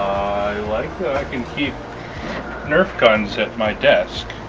i like that i can keep nerf guns at my desk